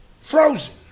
Frozen